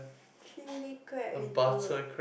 chilli crab is good